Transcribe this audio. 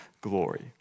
glory